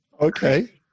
Okay